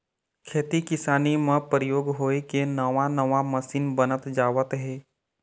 खेती किसानी म परयोग होय के नवा नवा मसीन बनत जावत हे